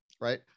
right